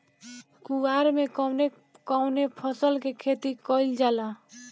कुवार में कवने कवने फसल के खेती कयिल जाला?